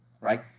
right